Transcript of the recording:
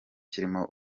kirimo